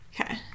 Okay